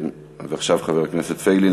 ועכשיו חבר הכנסת פייגלין.